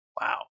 wow